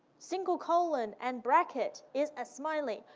single colon and bracket is a smiley,